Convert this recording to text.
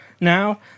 now